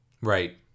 Right